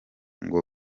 ngo